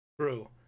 true